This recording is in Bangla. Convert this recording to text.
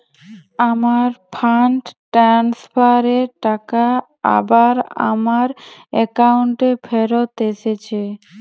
আমার ফান্ড ট্রান্সফার এর টাকা আবার আমার একাউন্টে ফেরত এসেছে